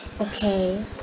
Okay